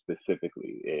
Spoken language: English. specifically